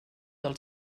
del